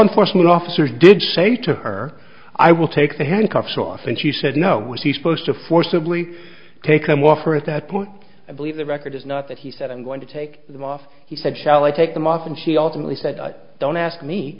enforcement officer did she say to her i will take the handcuffs off and she said no was he supposed to forcibly take them off or at that point i believe the record is not that he said i'm going to take them off he said shall i take them off and she ultimately said don't ask me